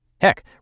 Heck